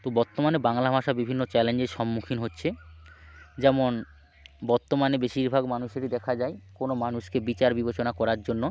তো বর্তমানে বাংলা ভাষা বিভিন্ন চ্যালেঞ্জের সম্মুখীন হচ্ছে যেমন বর্তমানে বেশিরভাগ মানুষেরই দেখা যায় কোনো মানুষকে বিচার বিবেচনা করার জন্য